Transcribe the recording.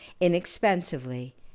inexpensively